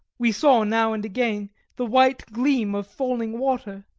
we saw now and again the white gleam of falling water.